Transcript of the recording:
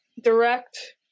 direct